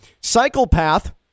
Psychopath